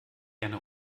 gerne